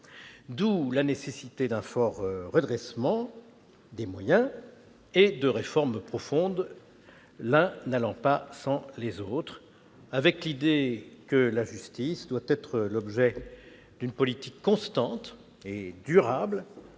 D'où la nécessité d'un fort redressement des moyens et de réformes profondes, l'un n'allant pas sans les autres. L'idée est que la justice doit être l'objet d'une politique constante et durable,